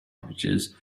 images